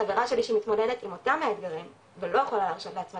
חברה שלי שמתמודדת עם אותם האתגרים ולא יכולה להרשות לעצמה